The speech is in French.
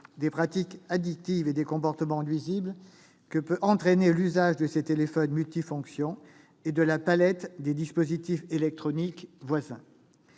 des pratiques addictives et des comportements nuisibles que peut entraîner l'usage de ces téléphones multifonctions et de la palette des dispositifs électroniques voisins.